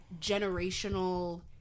generational